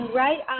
right